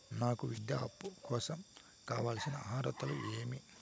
నాకు విద్యా అప్పు కోసం కావాల్సిన అర్హతలు ఏమి?